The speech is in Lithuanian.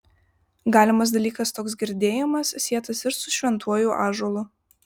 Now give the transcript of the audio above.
galimas dalykas toks girdėjimas sietas ir su šventuoju ąžuolu